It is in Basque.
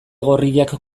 gorriak